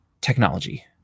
technology